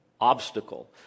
obstacle